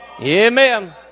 amen